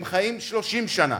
הם חיים 30 שנה.